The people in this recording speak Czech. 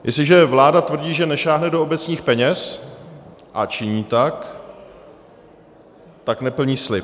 Jestliže vláda tvrdí, že nesáhne do obecních peněz, a činí tak, tak neplní slib.